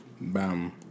Bam